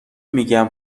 میگن